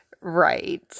Right